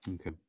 Okay